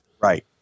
Right